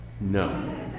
No